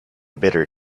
bitter